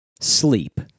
Sleep